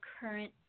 current